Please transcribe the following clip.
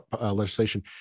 legislation